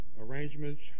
Arrangements